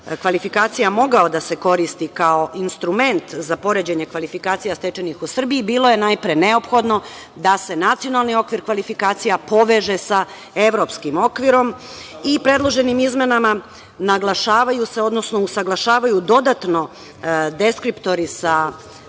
kvalifikacija mogao da se koristi kao instrument za poređenje kvalifikacija stečenih u Srbiji, bilo je najpre neophodno da se nacionalni okvir kvalifikacija poveže sa evropskim okvirom. Predloženim izmenama naglašavaju se, odnosno usaglašavaju dodatno deskriptori sa